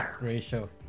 ratio